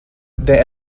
their